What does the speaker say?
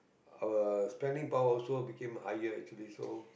our spending power also became higher actually so